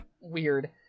Weird